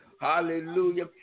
Hallelujah